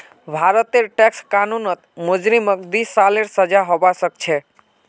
भारतेर टैक्स कानूनत मुजरिमक दी सालेर सजा हबा सखछे